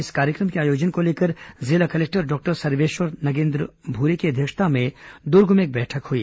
इस कार्यक्रम के आयोजन को लेकर जिला कलेक्टर डॉक्टर सर्वेश्वर नरेन्द्र भूरे की अध्यक्षता में दुर्ग में एक बैठक हुई